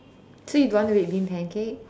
so you don't want the red bean pancake